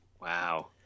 Wow